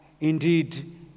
indeed